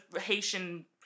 Haitian